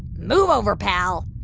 move over, pal